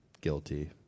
guilty